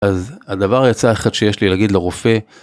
אז הדבר, העצה האחת שיש לי להגיד לרופא.